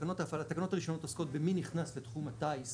התקנות הראשונות עוסקות במי נכנס לתחום הטייס